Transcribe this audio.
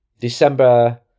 December